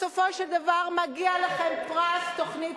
בסופו של דבר מגיע לכם פרס תוכנית